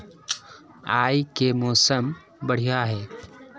आय के मौसम बढ़िया है?